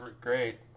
great